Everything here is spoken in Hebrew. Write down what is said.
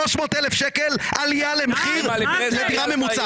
300,000 שקל עלייה ממוצעת למחיר דירה.